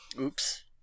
Oops